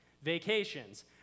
vacations